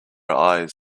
eyes